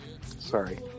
Sorry